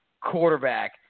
quarterback